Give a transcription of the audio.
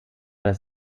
das